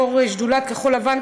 יו"ר שדולת "כחול לבן",